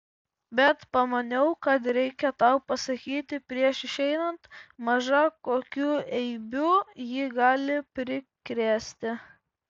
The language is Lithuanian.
bet pamaniau kad reikia tau pasakyti prieš išeinant maža kokių eibių ji gali prikrėsti